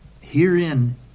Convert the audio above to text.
Herein